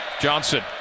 Johnson